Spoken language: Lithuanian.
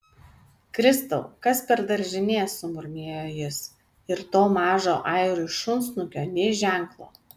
kristau kas per daržinė sumurmėjo jis ir to mažo airių šunsnukio nė ženklo